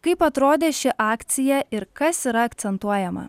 kaip atrodė ši akcija ir kas yra akcentuojama